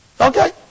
Okay